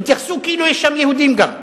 תתייחסו כאילו יש שם יהודים, גם,